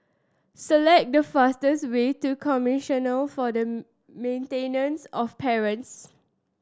select the fastest way to Commissioner for the Maintenance of Parents